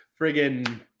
friggin